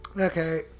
Okay